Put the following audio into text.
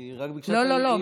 היא רק ביקשה, לא, לא, לא.